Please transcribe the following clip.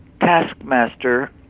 taskmaster